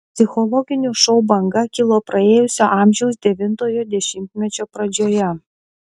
psichologinių šou banga kilo praėjusio amžiaus devintojo dešimtmečio pradžioje